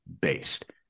based